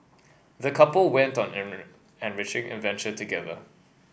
the couple went on an enriching adventure together